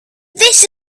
this